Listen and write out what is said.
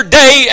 day